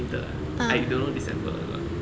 winter ah I don't know december or not